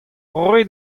roit